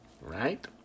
right